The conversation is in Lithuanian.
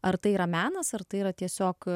ar tai yra menas ar tai yra tiesiog